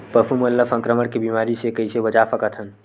पशु मन ला संक्रमण के बीमारी से कइसे बचा सकथन?